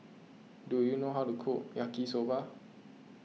do you know how to cook Yaki Soba